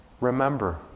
remember